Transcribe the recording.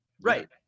right